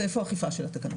זה איפה האכיפה של התקנות.